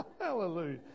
Hallelujah